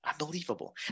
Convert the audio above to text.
Unbelievable